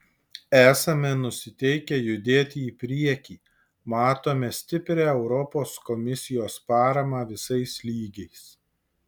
esame nusiteikę judėti į priekį matome stiprią europos komisijos paramą visais lygiais